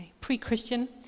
pre-Christian